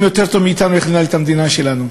יותר טוב מאתנו איך לנהל את המדינה שלנו.